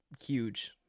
huge